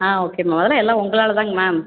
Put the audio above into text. ஆ okay ma'am அதலாம் எல்லா உங்களால் தான்ங்க மேம்